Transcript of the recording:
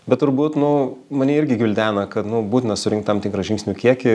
bet turbūt nu mane irgi gvildena kad nu būtina surinkt tam tikrą žingsnių kiekį